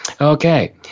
Okay